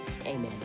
Amen